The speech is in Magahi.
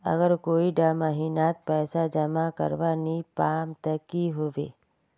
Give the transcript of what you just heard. अगर कोई डा महीनात पैसा जमा करवा नी पाम ते की होबे?